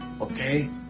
okay